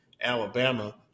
Alabama